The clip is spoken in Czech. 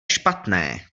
špatné